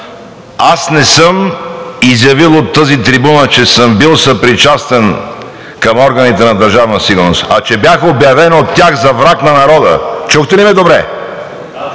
Аз не съм изявил от тази трибуна, че съм бил съпричастен с органите на Държавна сигурност, а че бях обявен от тях за враг на народа. Чухте ли ме добре?